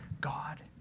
God